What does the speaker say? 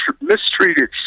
mistreated